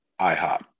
IHOP